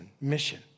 mission